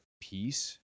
peace